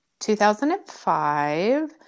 2005